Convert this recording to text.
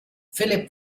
philip